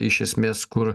iš esmės kur